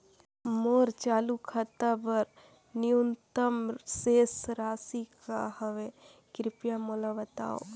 मोर चालू खाता बर न्यूनतम शेष राशि का हवे, कृपया मोला बतावव